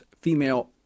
female